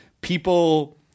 people